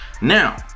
Now